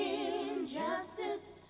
injustice